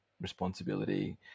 responsibility